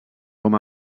com